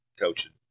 coaching